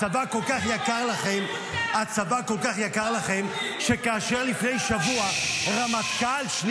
הצבא כל כך יקר לכם --- אתה יודע מה זה חונטה בכלל?